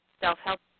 Self-help